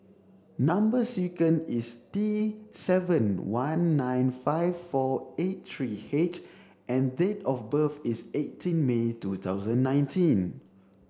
number is T seven one nine five four eight three H and date of birth is eighteen May two thousand nineteen